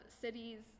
cities